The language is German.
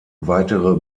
weitere